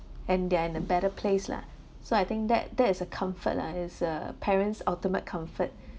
and they are in the better place lah so I think that that is a comfort lah it's a parents' ultimate comfort